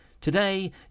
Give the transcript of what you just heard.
Today